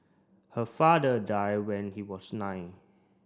her father die when he was nine